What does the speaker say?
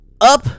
up